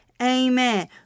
amen